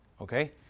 okay